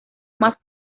más